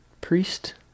priest